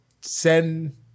send